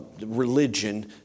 religion